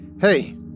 Hey